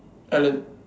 Alan